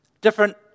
different